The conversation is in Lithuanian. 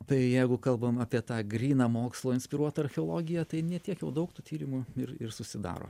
tai jeigu kalbam apie tą gryną mokslo inspiruotą archeologiją tai ne tiek jau daug tų tyrimų ir ir susidaro